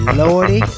lordy